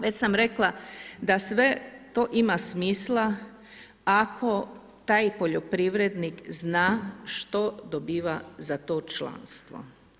Već sam rekla da sve to ima smisla ako taj poljoprivrednik zna što dobiva za to članstvo.